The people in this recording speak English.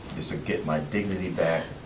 is to get my dignity back,